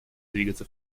двигаться